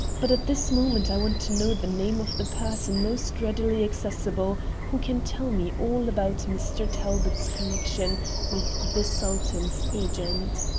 but at this moment i want to know the name of the person most readily accessible who can tell me all about mr. talbot's connection with the sultan's agent.